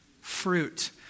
fruit